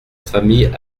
famille